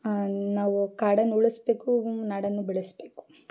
ನಾವು ಕಾಡನ್ನು ಉಳಿಸಬೇಕು ನಾಡನ್ನು ಬೆಳೆಸಬೇಕು